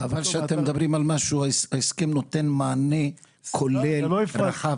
חבל שאתם מדברים על משהו שההסכם נותן לו מענה כולל ורחב.